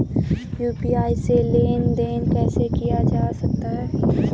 UPI से लेनदेन कैसे किया जा सकता है?